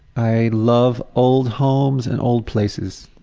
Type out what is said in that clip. i love old homes and old places.